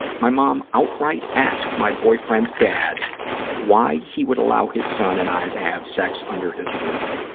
my mom outright asked my boyfriend's dad why he would allow his son and i to have sex under his roof.